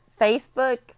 Facebook